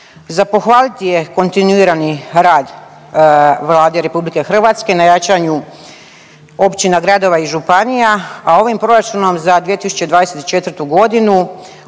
Za pohvaliti je kontinuirani rad Vlade RH na jačanju općina, gradova i županija, a ovim proračunom za 2024.g.